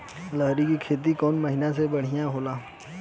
लहरी के खेती कौन महीना में बढ़िया होला?